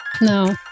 No